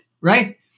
right